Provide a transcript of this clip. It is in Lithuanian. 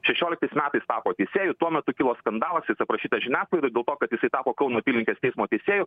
šešioliktais metais tapo teisėju tuo metu kilo skandalas jis aprašytas žiniasklaidoj dėl to kad jisai tapo kauno apylinkės teismo teisėju